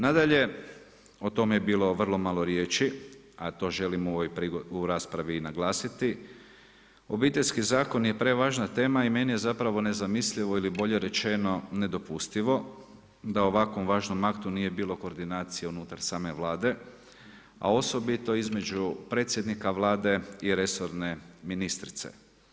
Nadalje o tome je bilo vrlo malo riječi, a to želim u raspravi i naglasiti Obiteljski zakon je prevažna tema i meni je zapravo nezamislivo ili bolje rečeno nedopustivo da o ovako važnom aktu nije bilo koordinacije unutar same Vlade, a osobito između predsjednika Vlade i resorne ministrice.